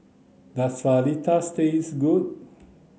does Fajitas taste good